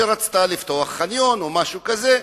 שרצתה לפתוח חניון או משהו כזה,